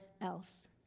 else